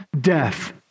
death